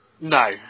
No